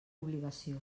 obligació